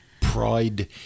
Pride